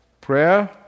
Prayer